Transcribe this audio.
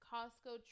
Costco